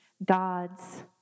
God's